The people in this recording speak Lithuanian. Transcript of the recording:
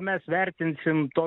mes vertinsime to